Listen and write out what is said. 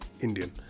Indian